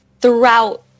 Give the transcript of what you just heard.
throughout